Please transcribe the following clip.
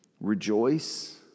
Rejoice